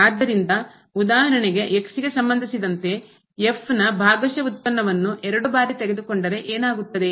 ಆದ್ದರಿಂದ ಉದಾಹರಣೆಗೆ ಗೆ ಸಂಬಂಧಿಸಿದಂತೆ ನ ಭಾಗಶಃ ವ್ಯುತ್ಪನ್ನವನ್ನು ಎರಡು ಬಾರಿ ತೆಗೆದುಕೊಂಡರೆ ಏನಾಗುತ್ತದೆ